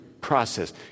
process